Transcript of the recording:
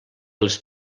les